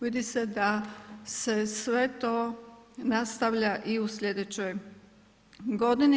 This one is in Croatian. Vidi se da se sve to nastavlja i u sljedećoj godini.